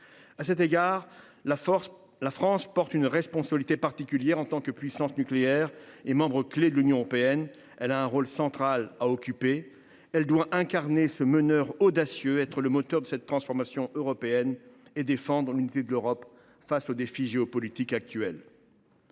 À cet égard, la France porte une responsabilité particulière. En tant que puissance nucléaire et État membre clé de l’Union européenne, il lui revient de jouer un rôle central. En meneur audacieux, elle doit être le moteur de cette transformation européenne et défendre l’unité de l’Europe face aux défis géopolitiques actuels.